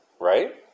right